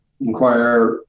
inquire